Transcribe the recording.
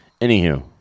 Anywho